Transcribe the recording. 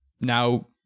now